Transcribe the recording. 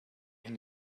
and